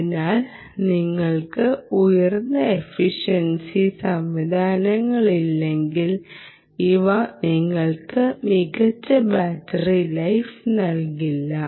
അതിനാൽ നിങ്ങൾക്ക് ഉയർന്ന എഫിഷ്യൻസി സംവിധാനങ്ങളില്ലെങ്കിൽ ഇവ നിങ്ങൾക്ക് മികച്ച ബാറ്ററി ലൈഫ് നൽകില്ല